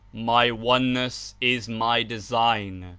my oneness is my design.